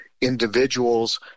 individuals